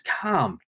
calm